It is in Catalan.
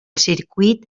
circuit